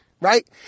right